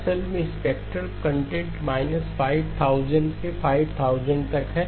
असल में spectral content 5000 से 5000 तक है